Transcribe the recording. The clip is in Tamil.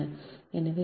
எனவே ʎa 0